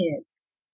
kids